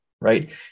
right